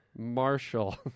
Marshall